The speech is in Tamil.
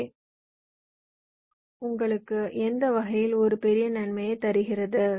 ஏ உங்களுக்கு அந்த வகையில் ஒரு பெரிய நன்மையைத் தருகிறது